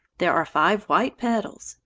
there are five white petals.